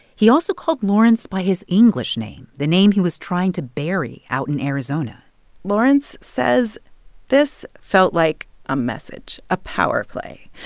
he also called lawrence by his english name the name he was trying to bury out in arizona lawrence says this felt like a message, a power play.